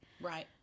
Right